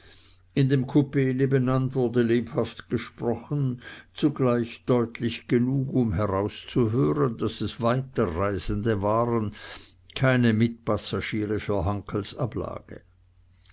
in dem kupee nebenan wurde lebhaft gesprochen zugleich deutlich genug um herauszuhören daß es weiterreisende waren keine mitpassagiere für hankels ablage